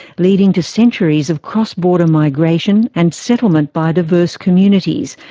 leading to centuries of cross-border migration and settlement by diverse communities,